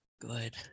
Good